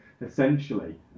essentially